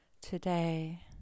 today